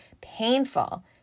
painful